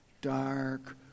dark